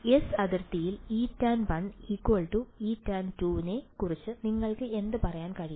S അതിർത്തിയിൽ Etan1 Etan2 നെ കുറിച്ച് നിങ്ങൾക്ക് എന്ത് പറയാൻ കഴിയും